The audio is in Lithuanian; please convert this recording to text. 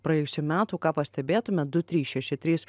praėjusių metų ką pastebėtumėt du trys šeši trys